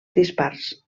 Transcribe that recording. dispars